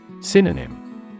Synonym